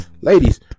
Ladies